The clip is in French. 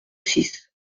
six